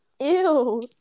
Ew